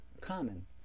common